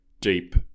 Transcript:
deep